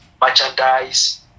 Merchandise